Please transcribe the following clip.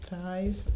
Five